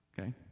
okay